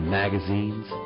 magazines